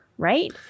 right